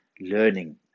learning